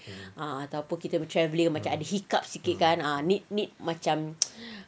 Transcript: ah ataupun kita punya travelling ada hiccups sikit kan ah need need macam